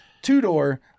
two-door